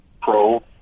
pro